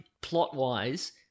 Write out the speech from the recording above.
plot-wise